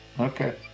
Okay